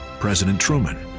president truman,